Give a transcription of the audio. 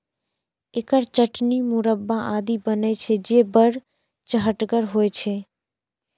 एकर चटनी, मुरब्बा आदि बनै छै, जे बड़ चहटगर होइ छै